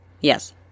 yes